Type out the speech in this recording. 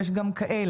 יש גם כאלה.